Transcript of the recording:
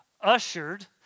ushered